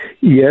yes